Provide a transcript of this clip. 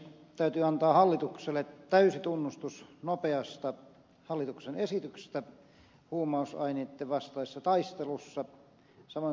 täytyy antaa hallitukselle täysi tunnustus nopeasta hallituksen esityksestä huumausaineitten vastaisessa taistelussa samoin kuten ed